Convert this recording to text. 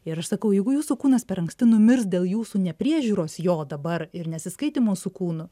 ir aš sakau jeigu jūsų kūnas per anksti numirs dėl jūsų nepriežiūros jo dabar ir nesiskaitymo su kūnu